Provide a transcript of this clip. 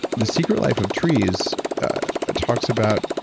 the secret life of trees talks about